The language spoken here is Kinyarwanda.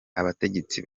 abategetsi